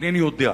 אינני יודע.